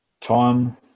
time